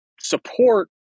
support